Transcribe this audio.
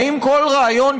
האם כל רעיון,